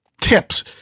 tips